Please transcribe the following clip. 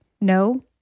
No